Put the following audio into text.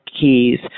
keys